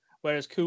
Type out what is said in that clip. whereas